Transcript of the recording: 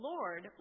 Lord